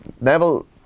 Neville